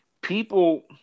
People